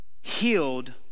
healed